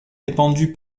répandue